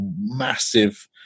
massive